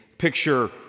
Picture